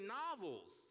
novels